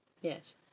Yes